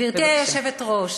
גברתי היושבת-ראש,